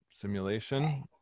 simulation